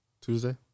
Tuesday